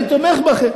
אני תומך בכן.